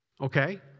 Okay